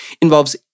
involves